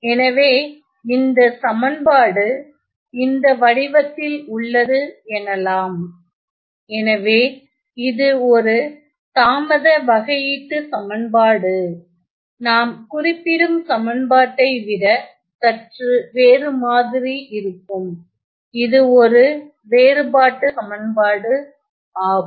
எனவே இந்த சமன்பாடு இந்த வடிவத்தில் உள்ளது எனலாம் எனவே இது ஒரு தாமத வகையீட்டுச் சமன்பாடு நாம் குறிப்பிடும் சமன்பாட்டை விட சற்று வேறு மாதிரி இருக்கும் இது ஒரு வேறுபாட்டு சமன்பாடு ஆகும்